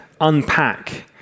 unpack